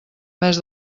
mes